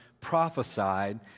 prophesied